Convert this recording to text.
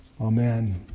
Amen